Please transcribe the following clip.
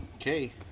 Okay